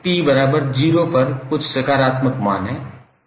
इसलिए इसका t बराबर 0 पर कुछ सकारात्मक मान है